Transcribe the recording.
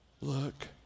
Look